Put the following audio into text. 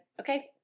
okay